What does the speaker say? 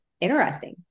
interesting